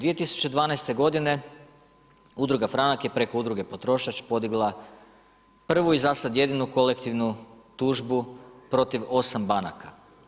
2012. godine udruga Franak je preko udruge Potrošač podigla prvu i zasad jedinu kolektivnu tužbu protiv 8 banaka.